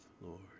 Lord